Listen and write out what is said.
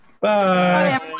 Bye